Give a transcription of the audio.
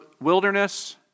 wilderness